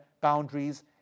boundaries